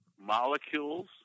molecules